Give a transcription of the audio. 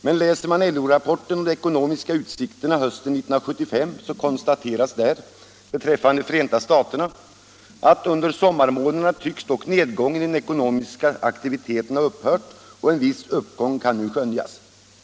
Men läser man LO-rapporten om de ekonomiska utsikterna hösten 1975, så konstateras där beträffande Förenta staterna att ”under sommarmånaderna tycks dock nedgången i den ekonomiska aktiviteten ha upphört och en viss uppgång kan nu skönjas”.